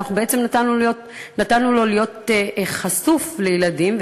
אנחנו בעצם נתנו לו להיות חשוף לילדים,